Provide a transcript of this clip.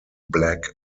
black